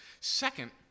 Second